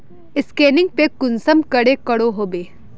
Scanning पे कुंसम करे करो होबे?